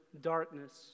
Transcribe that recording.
darkness